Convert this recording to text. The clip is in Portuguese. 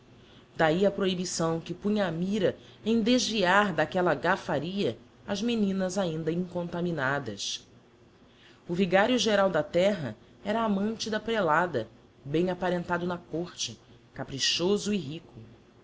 soltamente d'ahi a prohibição que punha a mira em desviar d'aquella gafaria as meninas ainda incontaminadas o vigario geral da terra era amante da prelada bem aparentado na côrte caprichoso e rico